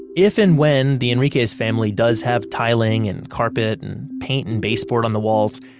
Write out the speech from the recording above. if and when the enriquez family does have tiling and carpet and paint and baseboard on the walls,